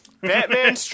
Batman